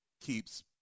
keeps